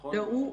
נכון?